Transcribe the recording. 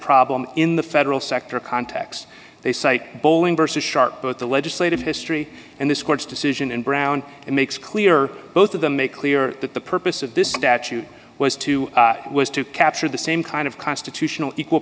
problem in the federal sector context they say bowling versus shark both the legislative history and this court's decision in brown and makes clear both of them make clear that the purpose of this statute was to was to capture the same kind of constitutional equal